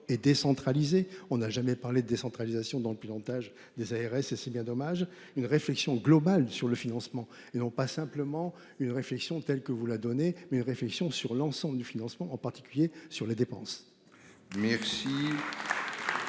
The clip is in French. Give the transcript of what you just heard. et décentralisé, on n'a jamais parlé de décentralisation dans le pilotage des ARS et c'est bien dommage. Une réflexion globale sur le financement et non pas simplement une réflexion telle que vous la donner mais, réflexion sur l'ensemble du financement, en particulier sur les dépenses. Merci.